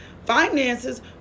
finances